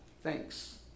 thanks